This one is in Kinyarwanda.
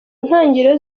ntangiriro